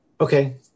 Okay